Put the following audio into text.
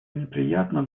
неприятно